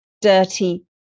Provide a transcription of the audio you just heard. dirty